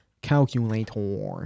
Calculator